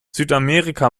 südamerika